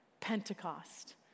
Pentecost